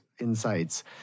insights